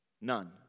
None